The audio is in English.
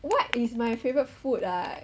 what is my favorite food ah